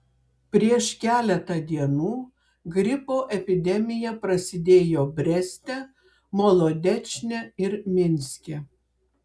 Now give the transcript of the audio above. prieš keletą dienų gripo epidemija prasidėjo breste molodečne ir minske